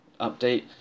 update